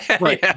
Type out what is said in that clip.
right